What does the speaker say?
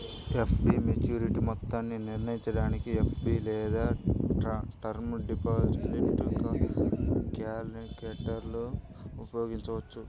FD maturity మొత్తాన్ని నిర్ణయించడానికి FD లేదా టర్మ్ డిపాజిట్ క్యాలిక్యులేటర్ను ఉపయోగించవచ్చు